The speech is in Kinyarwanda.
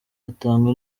atanga